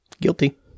guilty